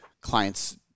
clients